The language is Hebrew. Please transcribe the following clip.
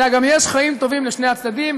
אלא גם יש חיים טובים לשני הצדדים,